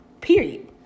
Period